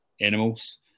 animals